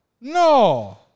No